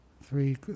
Three